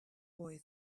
boy